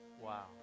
Wow